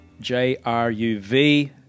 J-R-U-V